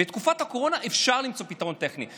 בתקופת הקורונה אפשר למצוא פתרון טכני,